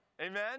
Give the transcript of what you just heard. Amen